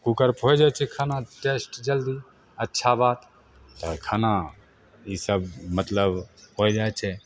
कुकरपर होइ जाइ छै खाना टेस्ट जल्दी अच्छा बात तऽ खाना ईसब मतलब होइ जाइ छै